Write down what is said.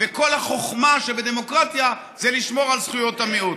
וכל החוכמה שבדמוקרטיה זה לשמור על זכויות המיעוט.